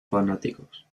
fanáticos